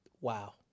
Wow